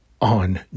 on